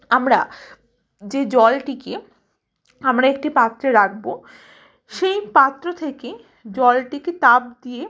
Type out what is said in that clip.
আমরা যে জলটিকে আমরা একটি পাত্রে রাখবো সেই পাত্র থেকে জলটিকে তাপ দিয়ে